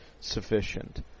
sufficient